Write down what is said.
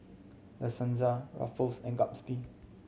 La Senza Ruffles and Gatsby